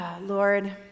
Lord